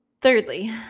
Thirdly